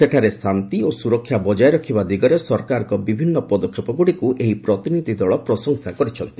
ସେଠାରେ ଶାନ୍ତି ଓ ସୁରକ୍ଷା ବକାୟ ରଖିବା ଦିଗରେ ସରକାରଙ୍କ ବିଭିନ୍ନ ପଦକ୍ଷେପଗୁଡ଼ିକୁ ଏହି ପ୍ରତିନିଧି ଦଳ ପ୍ରଶଂସା କରିଛନ୍ତି